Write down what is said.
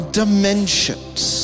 dimensions